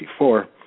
1964